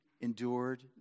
endured